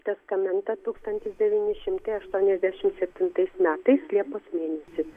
testamentą tūkstantis devyni šimtai aštuoniasdešimt septintais metais liepos mėnesį